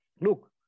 look